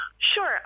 Sure